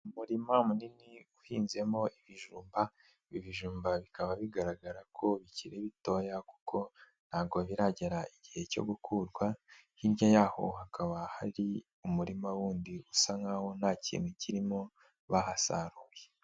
Umurima munini uhinzemo ibijumba, ibi bijumba bikaba bigaragara ko bikiri bitoya kuko ntago biragera igihe cyo gukurwa, hirya yaho hakaba hari umurima wundi usa nk'aho nta kintu kirimo bahasaruye.